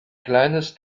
kleines